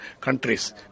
countries